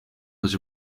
was